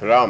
För